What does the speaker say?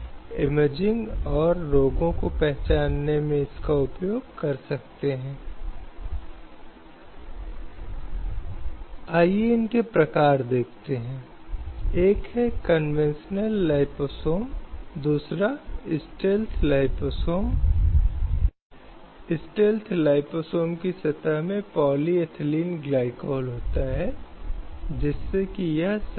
जब हम ख़बरों में देखते हैं तो कई उदाहरण मिलते हैं जो दर्शाता है कि एक लड़की ने निचली जाति के व्यक्ति से या किसी अलग धर्म के व्यक्ति से शादी की है और फिर उस शादी से बाहर आने के लिए उसके परिवार द्वारा कई तरह के ज़ुल्म आघात किए जा